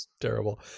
terrible